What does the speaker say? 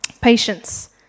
Patience